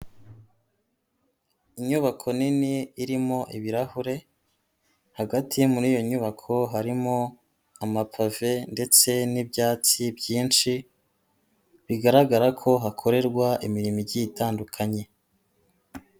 Inyubako nini irimo ibirahure, hagati muri iyo nyubako harimo amapave ndetse n'ibyatsi byinshi, bigaragara ko hakorerwa imirimo igiye itandukanye.